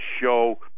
show